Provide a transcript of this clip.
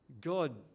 God